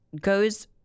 goes